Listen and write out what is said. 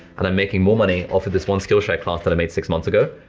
and i'm making more money off of this one skillshare class that i made six months ago,